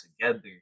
together